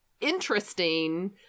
interesting